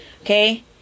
Okay